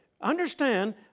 understand